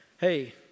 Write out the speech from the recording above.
hey